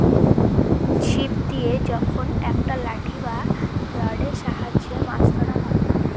ছিপ দিয়ে যখন একটা লাঠি বা রডের সাহায্যে মাছ ধরা হয়